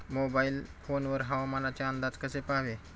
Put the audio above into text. Mobile phone वर हवामानाचे अंदाज कसे पहावे?